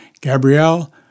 Gabrielle